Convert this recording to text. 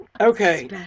Okay